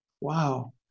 Wow